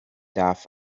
darf